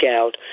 out